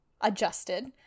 adjusted